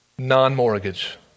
non-mortgage